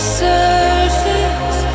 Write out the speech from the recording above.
surface